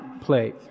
play